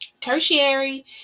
Tertiary